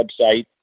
website